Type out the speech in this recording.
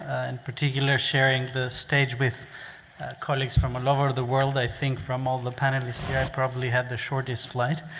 and particular sharing the stage with colleagues from all over the world. i think from all the panelists here, i probably have the shortest slide.